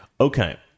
Okay